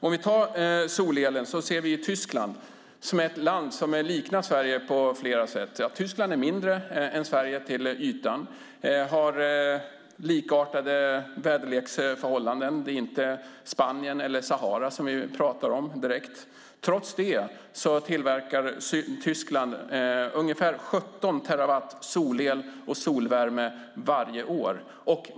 När det gäller solelen kan vi se hur det är i Tyskland, som är ett land som liknar Sverige på flera sätt. Ja, Tyskland är mindre än Sverige till ytan och har likartade väderleksförhållanden - det är inte Spanien eller Sahara som vi pratar om direkt. Trots det tillverkar Tyskland ungefär 17 terawatt solel och solvärme varje år.